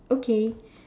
okay